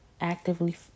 actively